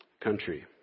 country